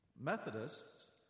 Methodists